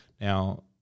Now